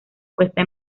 puesta